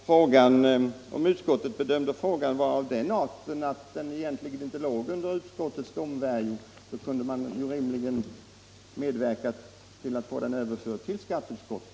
Herr talman! Om jordbruksutskottet bedömde frågan vara av den art att den inte låg inom utskottets kompetensområde, kunde man ju rimligen ha medverkat till att få den överförd till skatteutskottet.